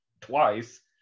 twice